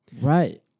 right